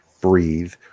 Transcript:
breathe